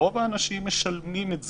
רוב האנשים משלמים את זה,